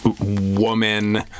woman